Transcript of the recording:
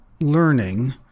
learning